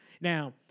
Now